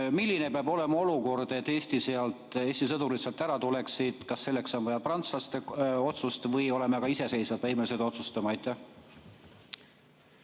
Milline peab olema olukord, et Eesti sõdurid sealt ära tuleksid? Kas selleks on vaja prantslaste otsust või oleme ka iseseisvalt võimelised otsustama? Aitäh,